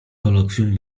kolokwium